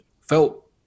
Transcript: felt